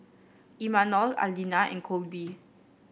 Imanol Aleena and Colby